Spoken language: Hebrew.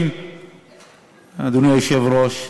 אדוני היושב-ראש,